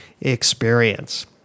experience